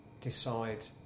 decide